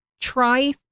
try